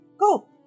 go